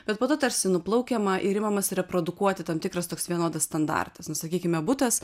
bet po to tarsi nuplaukiama ir imamas reprodukuoti tam tikras toks vienodas standartas nu sakykime butas